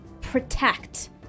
protect